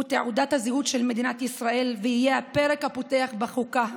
הוא תעודת הזהות של מדינת ישראל ויהיה הפרק הפותח בחוקה העתידית.